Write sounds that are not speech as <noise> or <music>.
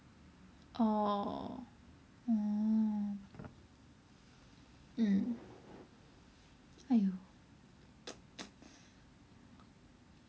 orh oh mm !aiyo! <noise>